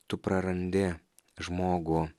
tu prarandi žmogų